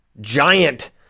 giant